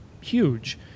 huge